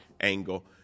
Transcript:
angle